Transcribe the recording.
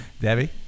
Debbie